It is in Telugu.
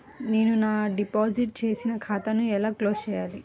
నేను నా డిపాజిట్ చేసిన ఖాతాను ఎలా క్లోజ్ చేయాలి?